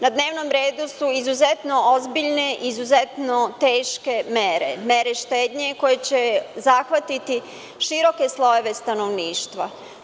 Na dnevnom redu su izuzetno ozbiljne, izuzetno teške mere, mere štednje koje će zahvatiti široke slojeve stanovništva.